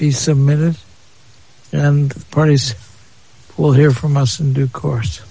be submitted and parties will hear from us in due course